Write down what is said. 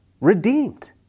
redeemed